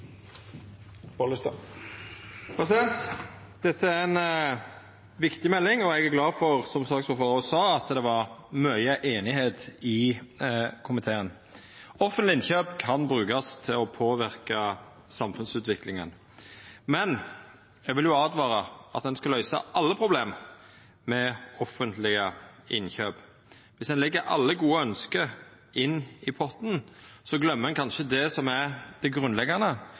sa – at det er mykje einigheit i komiteen. Offentlege innkjøp kan brukast til å påverka samfunnsutviklinga. Men eg vil åtvara mot at ein skal løysa alle problem med offentlege innkjøp. Om ein legg alle gode ønske inn i potten, gløymer ein kanskje det som er det grunnleggjande,